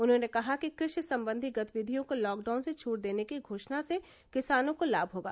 उन्होंने कहा कि कृषि संबंधी गतिविधियों को लॉकडाउन से छूट देने की घोषणा से किसानों को लाभ होगा